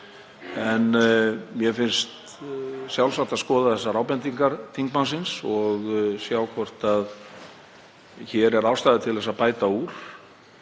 en mér finnst sjálfsagt að skoða þessar ábendingar þingmannsins og sjá hvort hér sé ástæða til að bæta úr.